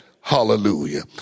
Hallelujah